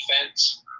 defense